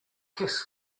kiss